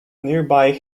nearby